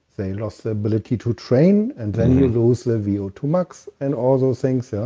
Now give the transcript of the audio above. they lost the ability to train, and then you lose the v o two max, and all those things. so,